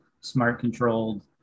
smart-controlled